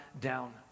down